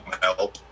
help